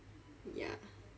ya